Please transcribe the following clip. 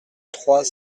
trois